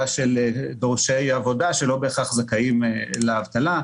של דורשי עבודה שלא בהכרח זכאים לאבטלה.